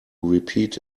repeat